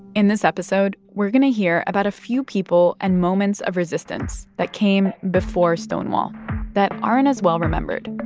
in this episode, we're going to hear about a few people and moments of resistance that came before stonewall that aren't as well remembered.